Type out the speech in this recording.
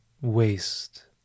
waste